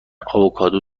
آووکادو